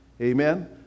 amen